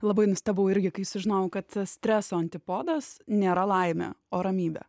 labai nustebau irgi kai sužinojau kad streso antipodas nėra laimė o ramybė